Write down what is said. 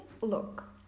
look